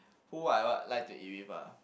who I what like to eat with ah